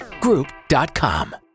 Group.com